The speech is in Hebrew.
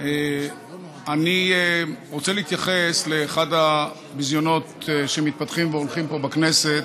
אני רוצה להתייחס לאחד הביזיונות שמתפתחים והולכים פה בכנסת,